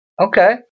Okay